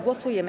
Głosujemy.